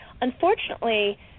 unfortunately